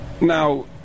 Now